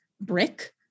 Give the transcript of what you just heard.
brick